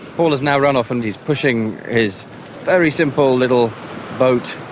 paul has now run off and he's pushing his very simple little boat.